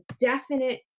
definite